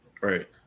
Right